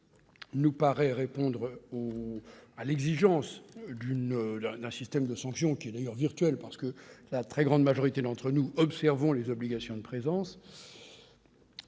nous paraît répondre à l'exigence d'un système de sanction- d'ailleurs assez virtuel, puisque la très grande majorité d'entre nous respectent les obligations de présence.